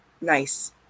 nice